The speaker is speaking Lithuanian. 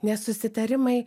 nes susitarimai